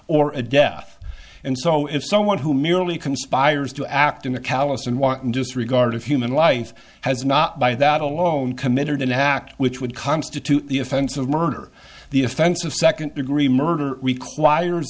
or a death and so if someone who merely conspires to act in a callous and wanton disregard of human life has not by that alone committed an act which would constitute the offense of murder the offense of second degree murder requires